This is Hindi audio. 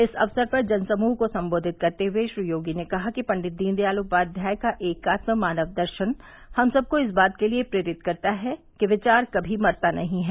इस अवसर पर जन समूह को संबोधित करते हुए श्री योगी ने कहा कि पंडित दीनदयाल उपाध्याय का एकात्म मानव दर्शन हम सबको इस बात के लिए प्रेरित करता है कि विचार कमी मरता नहीं है